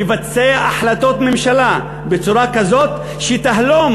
לבצע החלטות ממשלה בצורה כזאת שתהלום